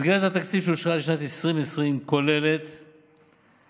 מסגרת התקציב שאושרה לשנת 2020 כוללת את